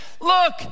Look